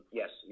yes